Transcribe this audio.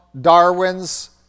Darwin's